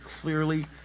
clearly